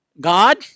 God